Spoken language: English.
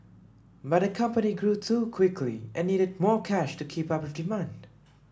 but the company grew too quickly and needed more cash to keep up with demand